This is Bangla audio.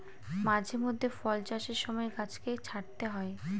মাঝে মধ্যে ফল চাষের সময় গাছকে ছাঁটতে হয়